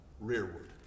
rearward